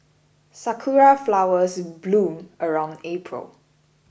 sakura flowers bloom around April